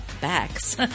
backs